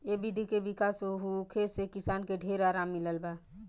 ए विधि के विकास होखे से किसान के ढेर आराम मिलल बा